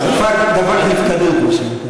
הוא "דפק נפקדות", מה שנקרא.